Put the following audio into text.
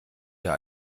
hier